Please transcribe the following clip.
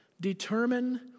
Determine